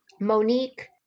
monique